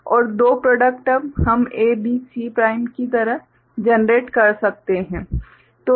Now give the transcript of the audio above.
और दो product term हम A B C प्राइम की तरह जनरेट कर सकते हैं